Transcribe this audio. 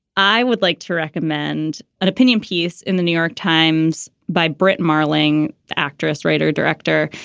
i would like to recommend an opinion piece in the new york times by brit marling. the actress, writer, director.